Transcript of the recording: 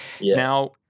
Now